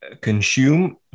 consume